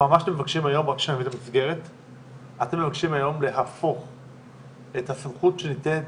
אתם מבקשים היום להפוך את הסמכות שניתנת